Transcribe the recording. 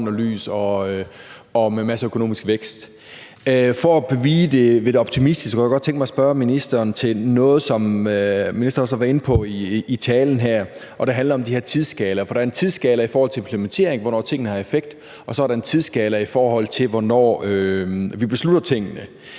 både grøn og lys ud og med masser af økonomisk vækst. For at blive ved det optimistiske kunne jeg godt tænke mig at spørge ministeren til noget, som ministeren også var inde på i talen her, og det handler om de her tidsskalaer. For der er en tidsskala i forhold til implementering, altså hvornår tingene har effekt, og så er der en tidsskala, i forhold til hvornår vi beslutter tingene.